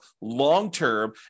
long-term